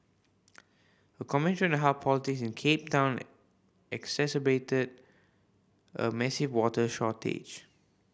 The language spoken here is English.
a commentary on how politics in Cape Town exacerbated a massive water shortage